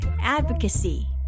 advocacy